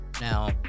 Now